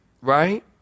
Right